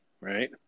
right